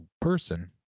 person